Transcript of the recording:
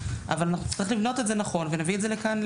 אבל אנחנו נצטרך לבנות את זה נכון ונביא את זה לכאן.